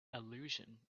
allusion